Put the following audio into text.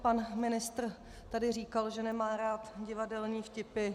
Pan ministr tady říkal, že nemá rád divadelní vtipy.